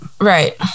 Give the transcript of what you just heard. Right